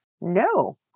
No